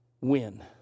win